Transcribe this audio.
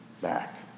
back